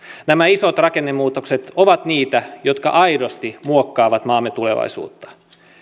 nämä isot rakennemuutokset ovat niitä jotka aidosti muokkaavat maamme tulevaisuutta